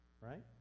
right